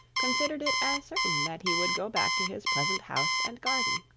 considered it as certain that he would go back to his pleasant house and garden.